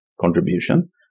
contribution